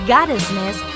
Goddessness